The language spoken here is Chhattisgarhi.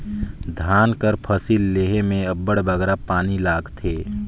धान कर फसिल लेहे में अब्बड़ बगरा पानी लागथे